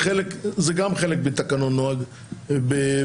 וזה גם חלק מתקנון הכנסת,